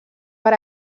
per